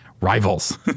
rivals